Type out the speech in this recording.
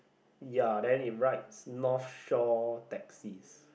ya then it writes North-Shore taxis